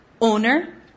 owner